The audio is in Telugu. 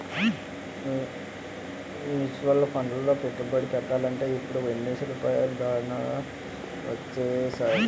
మ్యూచువల్ ఫండ్లలో పెట్టుబడి పెట్టాలంటే ఇప్పుడు ఎన్నో సదుపాయాలు దారులు వొచ్చేసాయి